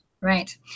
Right